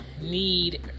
Need